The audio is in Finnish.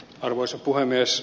arvoisa puhemies